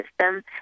system